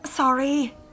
Sorry